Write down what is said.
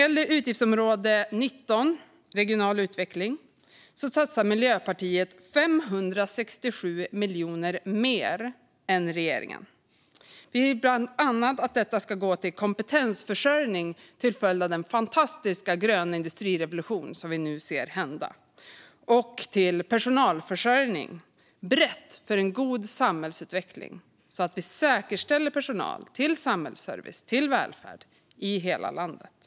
Inom utgiftsområde 19 som gäller regional utveckling satsar Miljöpartiet 567 miljoner mer än regeringen. Vi vill bland annat att pengarna går till kompetensförsörjning som behövs till följd av den fantastiska gröna industrirevolution som vi nu ser hända, och till bred personalförsörjning för en god samhällsutveckling och för att säkerställa att det finns personal till samhällsservice och välfärd i hela landet.